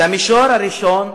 במישור הראשון,